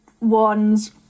ones